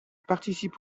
participe